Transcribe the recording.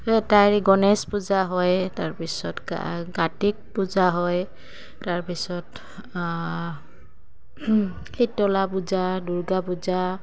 আৰু এটা এই গণেশ পূজা হয় তাৰ পিছত গাতিক পূজা হয় তাৰ পিছত শীতলা পূজা দুৰ্গা পূজা